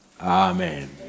Amen